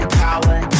power